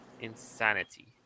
insanity